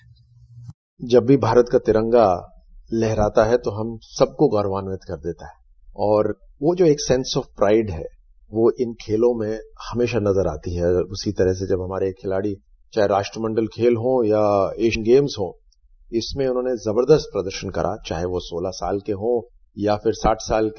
bite जब भी भारत का तिरंगा लहराता है तो हम सबको गौरवान्वित कर देता है और वो जो सेंस ऑफ पाइड है वो इन खेलों में हमेशा नजर आती है उसी तरह से जब हमारे खिलाड़ी चाहे राष्टमंडल खेल हो या एशियन गेम्स हो इसमें उन्होंने जबरदस्त प्रदर्शन करा चाहे वो सोलह साल के हो या फिर साठ साल के